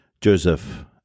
Joseph